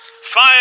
Fire